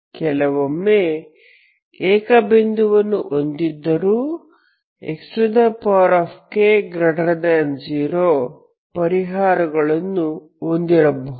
ಕೆಲವೊಮ್ಮೆ ಏಕ ಬಿಂದುವನ್ನು ಹೊಂದಿದ್ದರೂ xk0 ಪರಿಹಾರಗಳನ್ನು ಹೊಂದಿರಬಹುದು